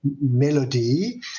melody